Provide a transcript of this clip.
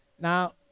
Now